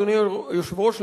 אדוני היושב-ראש,